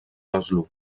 oslo